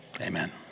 Amen